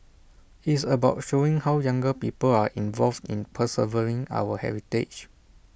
it's about showing how younger people are involved in preserving our heritage